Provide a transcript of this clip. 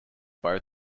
both